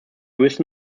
müssen